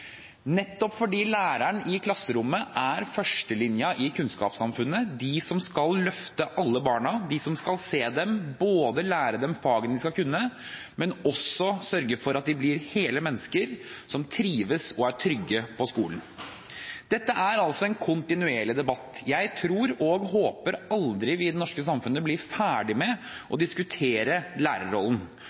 nettopp fordi læreren i klasserommet er førstelinjen i kunnskapssamfunnet: de som skal løfte alle barna, de som skal se dem, lære dem fagene de skal kunne, og sørge for at de blir hele mennesker som trives og er trygge på skolen. Dette er en kontinuerlig debatt. Jeg tror og håper vi i det norske samfunnet aldri blir ferdig med å diskutere lærerrollen,